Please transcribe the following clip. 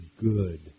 good